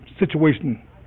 situation